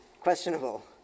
questionable